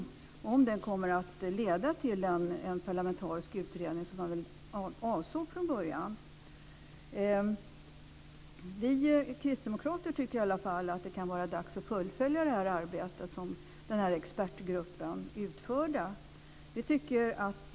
Kommer den att leda till en parlamentarisk utredning, vilket avsågs från början? Vi kristdemokrater tycker att det kan vara dags att fullfölja arbetet som expertgruppen utförde.